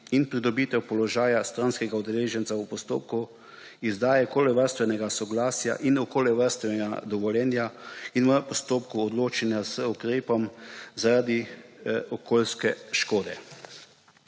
in pridobitev položaj stranskega udeleženca v postopku izdaje okoljevarstvenega soglasja in okoljevarstvenega dovoljenja in v postopku odločanja z ukrepom zaradi okoljske škode,